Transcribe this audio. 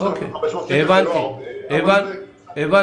הבנו.